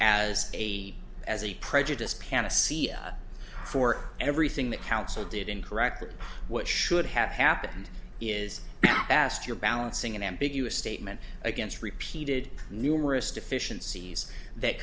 as a as a prejudiced panacea for everything the council did incorrectly what should have happened is now asked you're balancing an ambiguous statement against repeated numerous deficiencies that